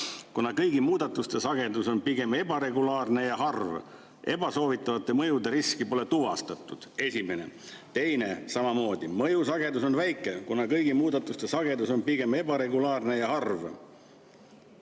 kuna kõigi muudatuste sagedus on pigem ebaregulaarne ja harv. Ebasoovitavate mõjude riski ei tuvastatud." Esimene, teine [lause] samamoodi: mõju sagedus on väike, kuna kõigi muudatuste sagedus on pigem ebaregulaarne ja harv.